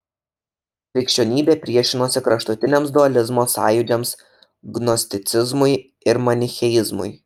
krikščionybė priešinosi kraštutiniams dualizmo sąjūdžiams gnosticizmui ir manicheizmui